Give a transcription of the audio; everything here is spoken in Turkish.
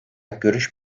görüş